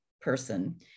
person